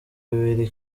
bibiri